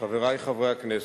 חברי חברי הכנסת,